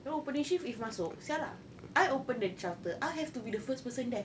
no opening shift is masuk !siala! I open the shutter I have to be the first person there